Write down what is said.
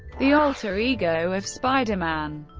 the alter ego of spider-man.